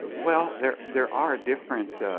but well, there there are different